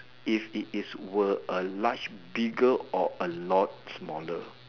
if it is a were a large bigger or a lot smaller